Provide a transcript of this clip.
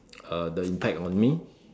uh the impact on me